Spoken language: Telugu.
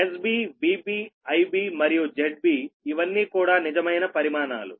SB VB IB మరియు ZBఇవన్నీ కూడా నిజమైన పరిమాణాలు